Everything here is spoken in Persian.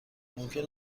ممکن